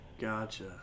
Gotcha